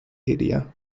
area